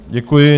Děkuji.